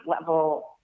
level